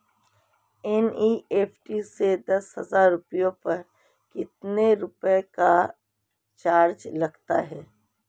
NEFT से दस हजार रुपयों पर कितने रुपए का चार्ज लगता है?